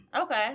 Okay